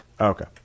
Okay